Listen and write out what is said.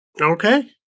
Okay